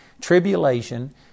tribulation